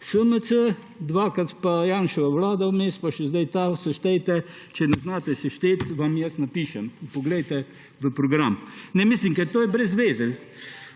SMC dvakrat, pa Janševa vlada vmes, pa še zdaj ta, seštejte. Če ne znate sešteti, vam jaz napišem, poglejte v program. Ne, ker to je brez veze,